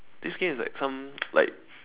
this game is like some like